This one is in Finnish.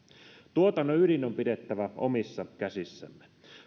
tuotannon ydin on pidettävä omissa käsissämme